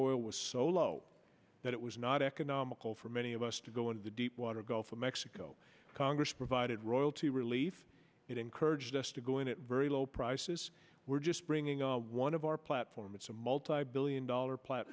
oil was so low that it was not economical for many of us to go into the deep water gulf of mexico congress provided royalty relief it encouraged us to go in at very low prices we're just bringing up one of our platform it's a multibillion dollar pla